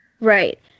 Right